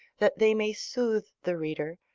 that they may soothe the reader,